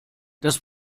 das